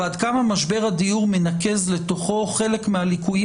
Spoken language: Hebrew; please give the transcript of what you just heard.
ועד כמה משבר הדיור מנקז לתוכו חלק מהליקויים